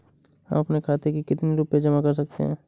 हम अपने खाते में कितनी रूपए जमा कर सकते हैं?